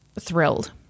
thrilled